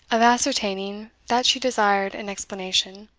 of ascertaining that she desired an explanation,